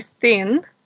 thin